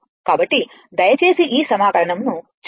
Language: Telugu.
కాబట్టి దయచేసి ఈ సమాకలనం ను చేయండి